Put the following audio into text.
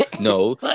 no